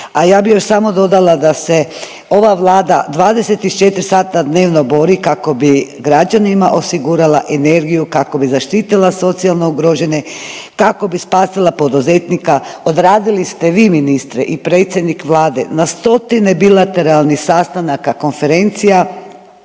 A ja bih još samo dodala da se ova vlada 24 sata dnevno bori kako bi građanima osigurala energiju, kako bi zaštitila socijalno ugrožene, kako bi spasila poduzetnika. Odradili ste vi ministre i predsjednik vlade na stotine bilateralnih sastanaka, konferencija